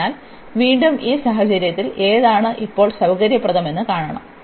അതിനാൽ വീണ്ടും ഈ സാഹചര്യത്തിൽ ഏതാണ് ഇപ്പോൾ സൌകര്യപ്രദമെന്ന് കാണണം